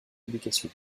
publication